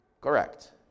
Correct